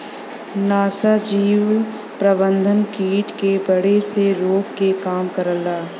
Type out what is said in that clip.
नाशीजीव प्रबंधन कीट के बढ़े से रोके के काम करला